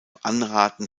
anraten